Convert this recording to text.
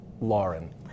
Lauren